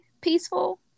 peaceful